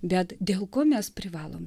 bet dėl ko mes privalome